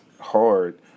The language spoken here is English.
hard